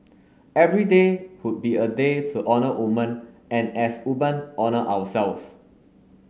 every day would be a day to honour woman and as woman honour ourselves